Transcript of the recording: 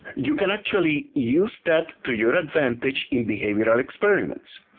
you can actually use that to your advantage in behavioral experiments.